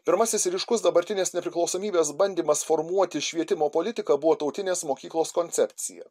pirmasis ir ryškus dabartinės nepriklausomybės bandymas formuoti švietimo politiką buvo tautinės mokyklos koncepcija